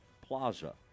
plaza